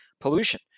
pollution